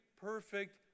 perfect